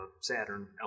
Saturn